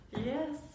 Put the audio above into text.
yes